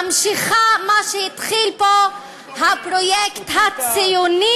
היא ממשיכה מה שהתחיל פה הפרויקט הציוני